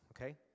okay